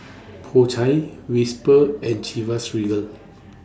Po Chai Whisper and Chivas Regal